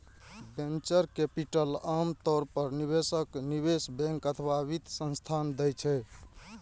venture capital आम तौर पर निवेशक, निवेश बैंक अथवा वित्त संस्थान दै छै